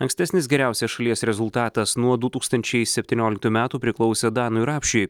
ankstesnis geriausias šalies rezultatas nuo du tūkstančiai septynioliktų metų priklausė danui rapšiui